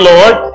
Lord